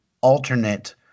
alternate